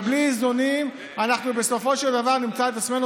ובלי איזונים אנחנו בסופו של דבר נמצא את עצמנו